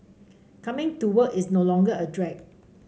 coming to work is no longer a drag